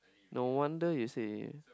no wonder you say